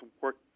work